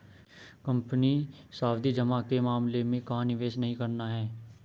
Company सावधि जमा के मामले में कहाँ निवेश नहीं करना है?